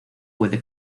puede